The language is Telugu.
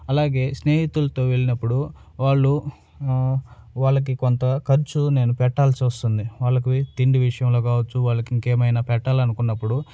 అలాగే స్నేహితులతో వెళ్ళినప్పుడు వాళ్ళు వాళ్ళకి కొంత ఖర్చు నేను పెట్టాల్సి వస్తుంది వాళ్ళకి తిండి విషయంలో కావచ్చు వాళ్ళకి ఇంకేమైనా పెట్టాలనుకున్నప్పుడు